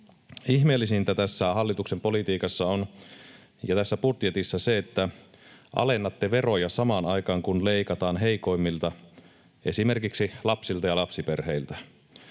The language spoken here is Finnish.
Ihmeellisintä tässä hallituksen politiikassa ja tässä budjetissa on se, että alennatte veroja samaan aikaan, kun leikataan heikoimmilta, esimerkiksi lapsilta ja lapsiperheiltä.